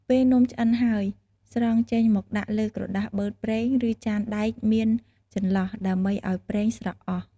ពេលនំឆ្អិនហើយ ស្រង់ចេញមកដាក់លើ ក្រដាសបឺតប្រេង ឬចានដែកមានចន្លោះ ដើម្បីឱ្យប្រេងស្រក់អស់។